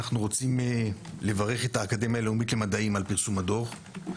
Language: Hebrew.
אנחנו רוצים לברך את האקדמיה הלאומית למדעים על פרסום הדוח.